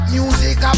music